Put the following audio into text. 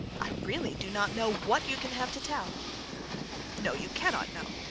i really do not know what you can have to tell no you cannot know.